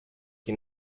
qui